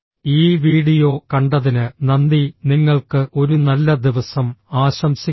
ഈ വീഡിയോ കണ്ടതിന് നന്ദി നിങ്ങൾക്ക് ഒരു നല്ല ദിവസം ആശംസിക്കുന്നു